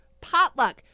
potluck